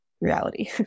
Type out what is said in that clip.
reality